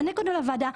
לוועדה?